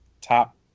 top